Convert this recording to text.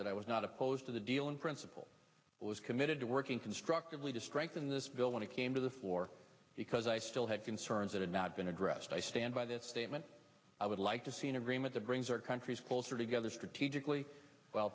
that i was not opposed to the deal in principle it was committed to working constructively to strengthen this bill when it came to the floor because i still had concerns that had not been addressed i stand by that statement i would like to see an agreement that brings our countries closer together strategically w